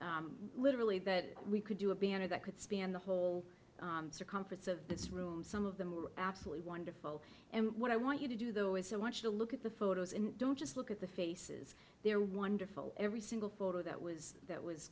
photos literally that we could do a banner that could span the whole circumference of this room some of them are absolutely wonderful and what i want you to do though is i want you to look at the photos don't just look at the faces they're wonderful every single photo that was that was